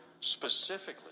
specifically